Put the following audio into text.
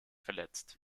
verletzt